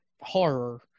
horror